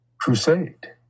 crusade